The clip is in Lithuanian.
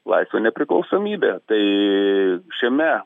laisvę nepriklausomybę tai šiame